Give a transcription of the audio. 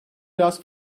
biraz